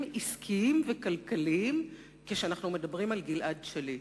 עסקיים וכלכליים כשאנחנו מדברים על גלעד שליט.